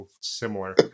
similar